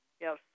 Yes